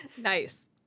Nice